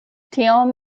tiam